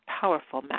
powerful